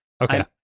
okay